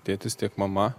tėtis tiek mama